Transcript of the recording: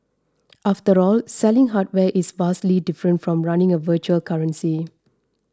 after all selling hardware is vastly different from running a virtual currency